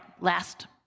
last